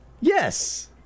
Yes